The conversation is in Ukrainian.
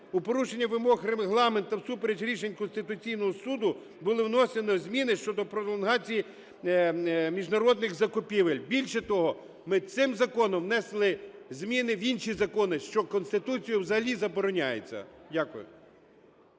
у порушення вимог Регламенту та всупереч рішень Конституційного Суду були внесені зміни щодо пролонгації міжнародних закупівель. Більше того, ми цим законом внесли зміни в інші закони, що Конституцією взагалі забороняється. Дякую.